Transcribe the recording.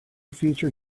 future